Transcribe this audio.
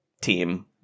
team